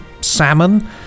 Salmon